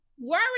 Worry